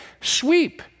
sweep